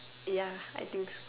ya I think so